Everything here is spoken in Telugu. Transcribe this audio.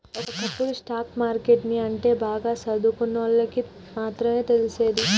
ఒకప్పుడు స్టాక్ మార్కెట్ ని అంటే బాగా సదువుకున్నోల్లకి మాత్రమే తెలిసేది